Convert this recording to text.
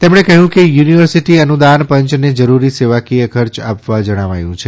તેમણે કહ્યુંકે યુનિવર્સિટી અનુદાનપંચને જરૂરી સેવાકીય ખર્ચ આપવા જણાવાયું છે